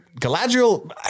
Galadriel